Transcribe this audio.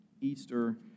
Easter